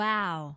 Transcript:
Wow